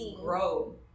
grow